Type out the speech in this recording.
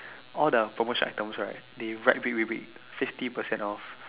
all the promotion items right they write big big big fifty percent off